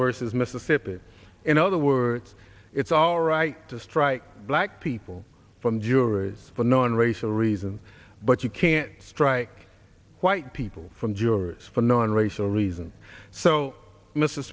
vs mississippi in other words it's all right to strike black people from juries for known racial reason but you can't strike white people from jurors for nonracial reason so m